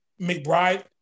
McBride